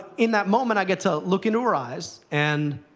in that moment, i get to look in her eyes. and